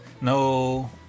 No